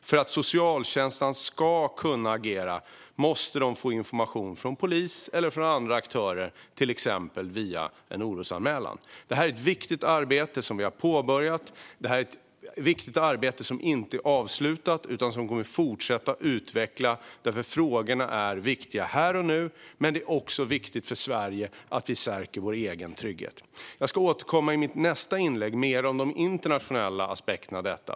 För att socialtjänsten ska kunna agera måste den få information från polis eller från andra aktörer, till exempel via en orosanmälan. Detta är ett viktigt arbete som vi har påbörjat och som inte är avslutat, utan det kommer att fortsätta utvecklas. Frågorna är viktiga här och nu. Det är också viktigt för Sverige att vi stärker vår egen trygghet. I mitt nästa inlägg återkommer jag mer om de internationella aspekterna av detta.